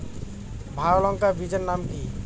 ভালো লঙ্কা বীজের নাম কি?